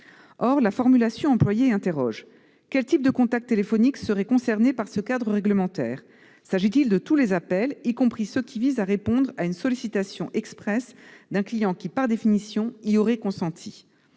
Or la formulation employée interroge : quels types de contacts téléphoniques seraient concernés par ce cadre réglementaire ? S'agit-il de tous les appels, y compris ceux qui visent à répondre à une sollicitation expresse d'un client qui, par définition, y aurait consenti ?